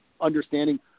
understanding